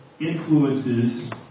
influences